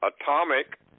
atomic